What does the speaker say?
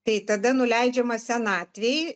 tai tada nuleidžiama senatvei